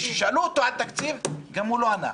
וכששאלו אותו על תקציב הוא לא ענה.